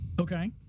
Okay